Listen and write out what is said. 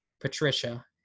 Patricia